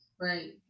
Right